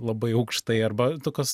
labai aukštai arba tokios